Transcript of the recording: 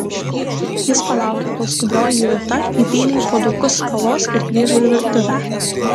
jis palaukė kol skubrioji judita įpylė į puodukus kavos ir grįžo į virtuvę